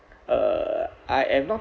uh I am not